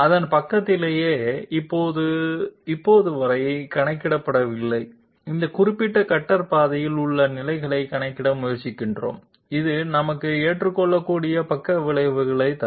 அதன் பக்கத்திலேயே இப்போது வரை கண்டுபிடிக்கப்படவில்லை இந்த குறிப்பிட்ட கட்டர் பாதையில் உள்ள நிலைகளை கணக்கிட முயற்சிக்கிறோம் இது நமக்கு ஏற்றுக்கொள்ளக்கூடிய பக்கவிளைவைத் தரும்